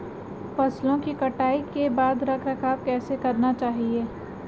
फसलों की कटाई के बाद रख रखाव कैसे करना चाहिये?